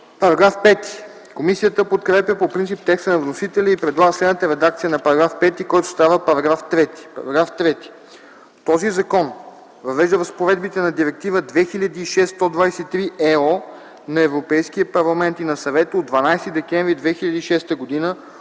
ДИМИТРОВ: Комисията подкрепя по принцип текста на вносителя и предлага следната редакция на § 5, който става § 3: „§ 3. Този закон въвежда разпоредбите на Директива 2006/123/ЕО на Европейския парламент и на Съвета от 12 декември 2006 г.